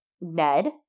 Ned